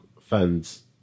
fans